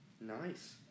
Nice